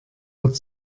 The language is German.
wird